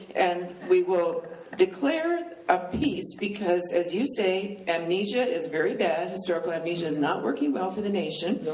and we will declare a peace, because as you say, amnesia is very bad, historical amnesia is not working well for the nation,